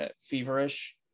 feverish